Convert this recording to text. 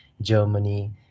Germany